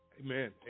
Amen